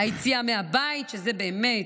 היציאה מהבית, שזה באמת,